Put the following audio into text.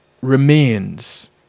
remains